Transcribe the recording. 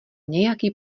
nějaký